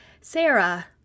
Sarah